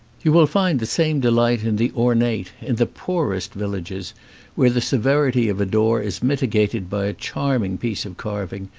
you will find the same delight in the ornate in the poorest villages where the severity of a door is mitigated by a charming piece of carving,